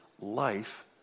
life